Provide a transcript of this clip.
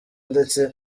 ndetse